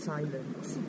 silence